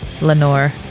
Lenore